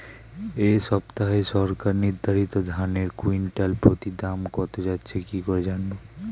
এই সপ্তাহে সরকার নির্ধারিত ধানের কুইন্টাল প্রতি দাম কত যাচ্ছে কি করে জানবো?